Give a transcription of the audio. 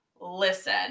listen